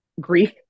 grief